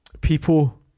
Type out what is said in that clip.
people